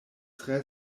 tre